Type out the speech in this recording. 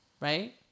right